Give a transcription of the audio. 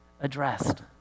Addressed